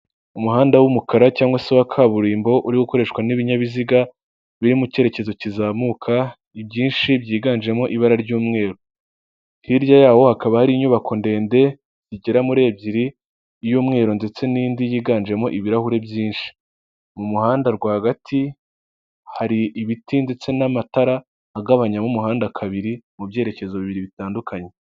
Umuhanda w'umukara cyangwa se wa kaburimbo uri gukoreshwa n'ibinyabiziga biri mu cyerekezo kizamuka ibyinshi byiganjemo ibara ry'umweru, hirya yaho hakaba hari inyubako ndende zigera muri ebyiriy'umweru ndetse n'indi yiganjemo ibirahure byinshi, mu muhanda rwagati hari ibiti ndetse n'amatara agabanyamo umuhanda kabiri mu byerekezo bibiri bitandukanye.